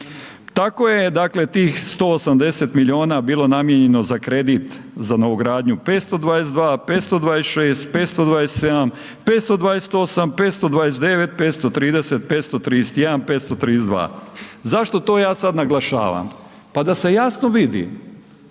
Tako je tih 180 milijuna bilo namijenjeno za kredit za novogradnju 522, 526, 527, 528, 529, 530, 531, 532. Zašto to ja sada naglašavam? Pa da se jasno vidi